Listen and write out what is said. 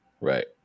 Right